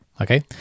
Okay